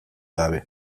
gabe